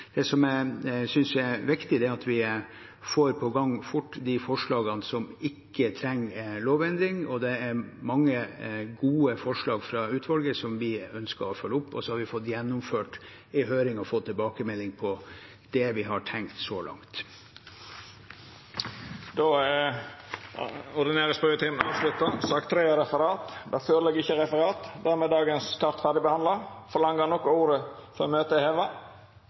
det. Det jeg synes er viktig, er at vi fort får i gang de forslagene som ikke trenger lovendring. Det er mange gode forslag fra utvalget som vi ønsker å følge opp. Så har vi fått gjennomført en høring og fått tilbakemelding på det vi har tenkt så langt. Då er den ordinære spørjetimen avslutta. Det ligg ikkje føre noko referat. Dermed er dagens kart behandla ferdig. Ber nokon om ordet før møtet vert heva?